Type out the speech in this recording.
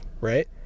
right